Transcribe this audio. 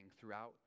throughout